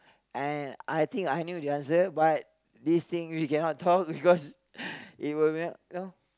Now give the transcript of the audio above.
and I think I knew the answer but this thing we cannot talk because it will you know